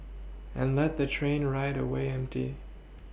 and let the train ride away empty